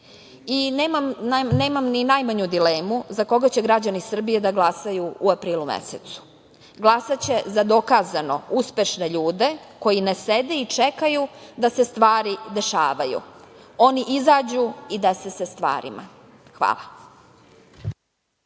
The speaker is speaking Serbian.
Nemam ni najmanju dilemu za koga će građani Srbije da glasaju u aprilu mesecu. Glasaće za dokazano uspešne ljude koji ne sede i čekaju da se stvari dešavaju. Oni izađu … se stvarima. Hvala.